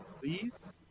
Please